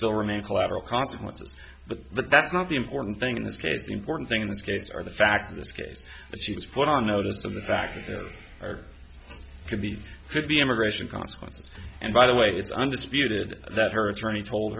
still remain collateral consequences but but that's not the important thing in this case the important thing in this case are the facts of this case she was put on notice of the fact that there could be could be immigration consequences and by the way it's undisputed that her attorney told